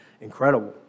incredible